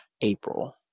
April